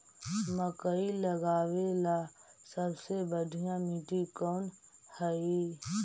मकई लगावेला सबसे बढ़िया मिट्टी कौन हैइ?